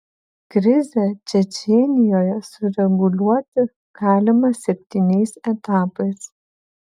krizę čečėnijoje sureguliuoti galima septyniais etapais